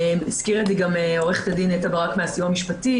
הזכירה את זה גם עורכת הדין נטע ברק מהסיוע המשפטי.